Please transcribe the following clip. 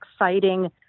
exciting